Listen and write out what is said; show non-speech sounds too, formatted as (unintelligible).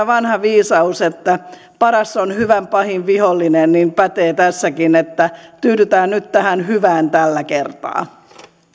(unintelligible) vanha viisaus että paras on hyvän pahin vihollinen pätee tässäkin että tyydytään nyt tähän hyvään tällä kertaa